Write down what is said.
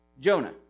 Jonah